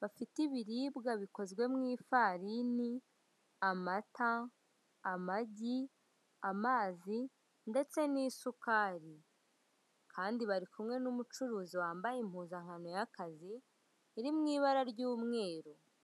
bafite ibiribwa bikozwe mu ifarini, amata, amagi, amazi ndetse n'isukari. kandi bari kumwe n'umucuruzi wambaye impuzankano yakazi, iri mu ibara ry'umweru.